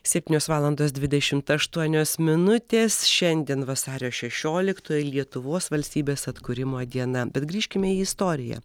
septynios valandos dvidešimt aštuonios minutės šiandien vasario šešioliktoji lietuvos valstybės atkūrimo diena bet grįžkime į istoriją